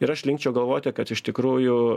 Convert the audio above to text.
ir aš linkčiau galvoti kad iš tikrųjų